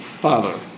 father